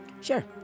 Sure